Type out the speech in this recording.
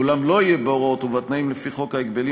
אולם לא יהיה בהוראות ובתנאים לפי חוק ההגבלים